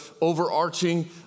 overarching